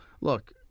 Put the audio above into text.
look